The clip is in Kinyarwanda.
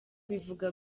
bivuga